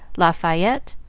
lafayette,